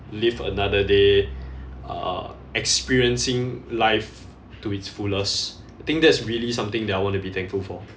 live another day uh experiencing life to its fullest I think that's really something that I want to be thankful for